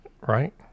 Right